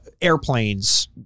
airplanes